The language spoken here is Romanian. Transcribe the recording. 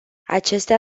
acestea